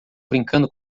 brincando